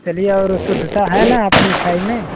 चलिए और शुद्धता है ना आपकी मिठाई में